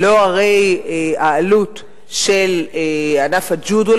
לא הרי העלות של ענף הג'ודו,